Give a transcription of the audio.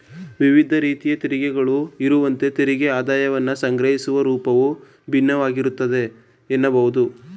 ವಿವಿಧ ರೀತಿಯ ತೆರಿಗೆಗಳು ಇರುವಂತೆ ತೆರಿಗೆ ಆದಾಯವನ್ನ ಸಂಗ್ರಹಿಸುವ ರೂಪವು ಭಿನ್ನವಾಗಿರುತ್ತೆ ಎನ್ನಬಹುದು